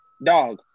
Dog